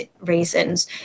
reasons